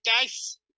guys